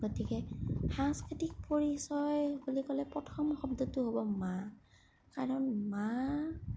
গতিকে সাংস্কৃতিক পৰিচয় বুলি ক'লে প্ৰথম শব্দটো হ'ব মা কাৰণ মা